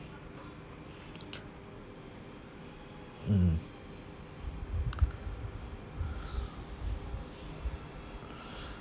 mm